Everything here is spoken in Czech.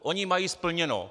Oni mají splněno.